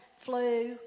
flu